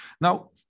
now